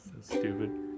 Stupid